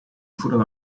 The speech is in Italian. furono